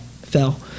fell